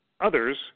others